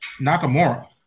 Nakamura